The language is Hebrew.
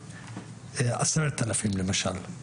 זהו.